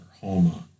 Homa